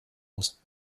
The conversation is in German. muss